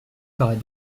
paraît